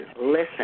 Listen